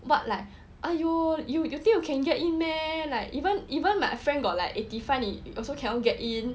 what like !aiyo! you think you can get in meh like even even my friend got like eighty five also cannot get in